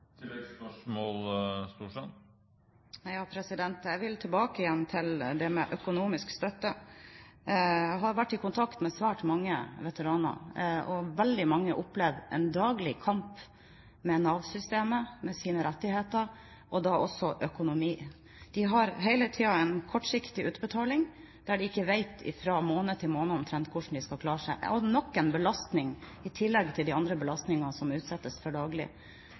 Jeg vil tilbake til det med økonomisk støtte. Jeg har vært i kontakt med svært mange veteraner, og veldig mange opplever en daglig kamp med Nav-systemet, med sine rettigheter – og da også med økonomi. De har hele tiden en kortsiktig utbetaling, der de omtrent ikke vet fra måned til måned hvordan de skal klare seg. Det er nok en belastning, i tillegg til de andre belastningene som de utsettes for daglig.